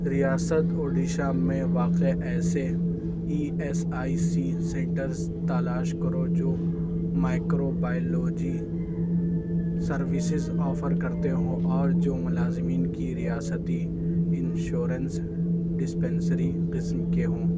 ریاست اڈیشہ میں واقع ایسے E S I C centres تالاش کرو جو مائکرو بایولوجی سروسز آفر کرتے ہوں اور جو ملازمین کی ریاستی انشورنس ڈسپینسری قسم کے ہوں